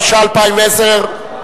התשע"א 2010,